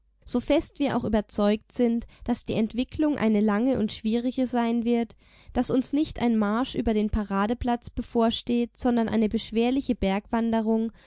so fest wir auch überzeugt sind daß die entwicklung eine lange und schwierige sein wird daß uns nicht ein marsch über den paradeplatz bevorsteht sondern eine beschwerliche